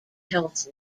health